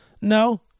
no